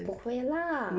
不会啦